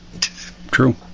True